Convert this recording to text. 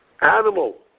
animal